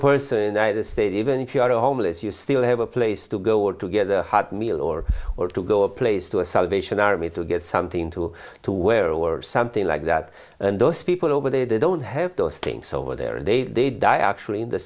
person i the state even if you are homeless you still have a place to go or together hot meal or or to go a place to a salvation army to get something to to wear or something like that and those people over there they don't have those things over there are they they die actually in the